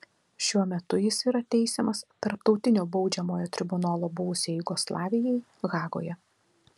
šiuo metu jis yra teisiamas tarptautinio baudžiamojo tribunolo buvusiai jugoslavijai hagoje